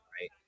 right